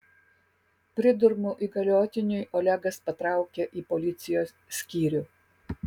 pridurmu įgaliotiniui olegas patraukė į policijos skyrių